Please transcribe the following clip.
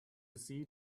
see